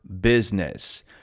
business